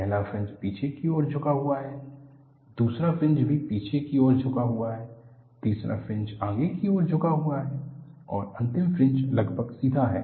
पहला फ्रिंज पीछे की ओर झुका हुआ है दूसरा फ्रिंज भी पीछे की ओर झुका हुआ है तीसरा फ्रिंज आगे की ओर झुका हुआ है और आंतरिक फ्रिंज लगभग सीधा है